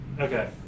Okay